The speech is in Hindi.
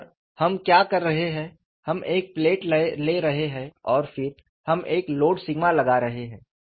और हम क्या कर रहे हैं हम एक प्लेट ले रहे हैं और फिर हम एक लोड सिग्मा लगा रहे हैं